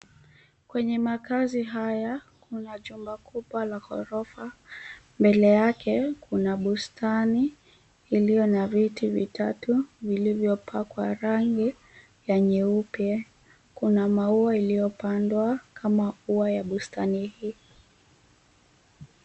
Kwenye makazi haya kuna jumba kubwa la ghorofa. Mbele yake kuna bustani iliyo na viti vitatu vilivyopakwa rangi ya nyeupe. Kuna maua iliyopandwa kama ua ya bustani hii.